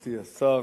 מכובדתי השרה,